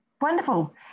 Wonderful